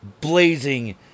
blazing